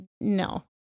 no